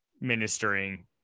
ministering